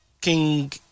King